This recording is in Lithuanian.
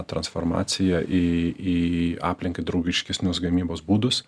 transformacija į į aplinkai draugiškesnius gamybos būdus